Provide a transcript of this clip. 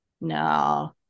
No